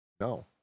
No